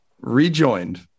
rejoined